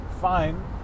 fine